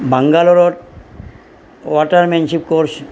বাংগালোৰত watermanship course